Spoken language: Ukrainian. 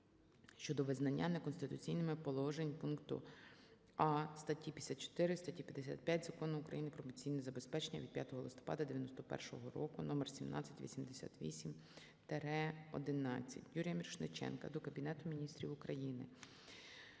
щодо визнання неконституційними положень пункту "а" статті 54, статті 55 Закону України "Про пенсійне забезпечення" від 5 листопада 1991 року №1788-ХІ. Юрія Мірошниченка до Кабінету Міністрів України